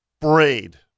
braid